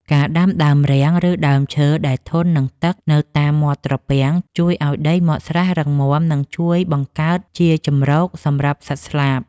ការដាំដើមរាំង ឬដើមឈើដែលធន់នឹងទឹកនៅតាមមាត់ត្រពាំងជួយឱ្យដីមាត់ស្រះរឹងមាំ និងជួយបង្កើតជាជម្រកសម្រាប់សត្វស្លាប។